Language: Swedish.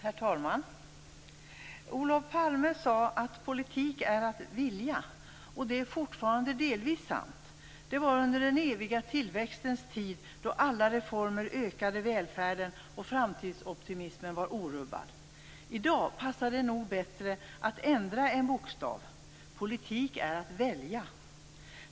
Herr talman! Olof Palme sade att politik är att vilja. Det är fortfarande delvis sant. Det var under den eviga tillväxtens tid, då alla reformer ökade välfärden och framtidsoptimismen var orubbad. I dag passar det nog bättre att ändra en bokstav. Politik är att välja.